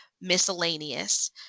miscellaneous